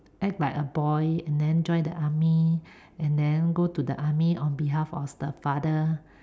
act like a boy and then join the army and then go to the army on behalf of the father